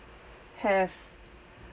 have